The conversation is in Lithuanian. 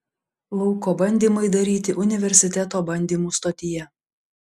lauko bandymai daryti universiteto bandymų stotyje